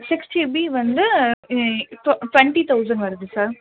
six GB வந்து இப்போது twenty thousand வருது சார்